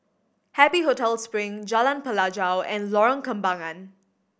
Happy Hotel Spring Jalan Pelajau and Lorong Kembangan